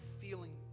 feeling